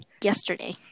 yesterday